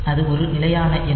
அது ஒரு நிலையான எண்